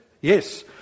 Yes